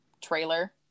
trailer